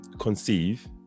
conceive